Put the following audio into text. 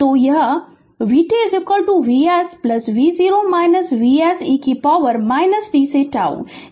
तो कि यह vt Vs v0 Vs e कि पॉवर t से है